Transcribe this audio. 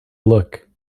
look